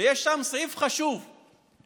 יש שם סעיף חשוב שלא